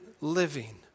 living